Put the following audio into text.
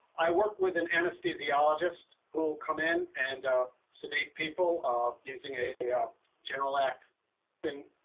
i work with an anesthesiologist who come in and sedate people using a a um general lack then